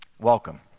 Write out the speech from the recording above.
welcome